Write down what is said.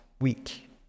week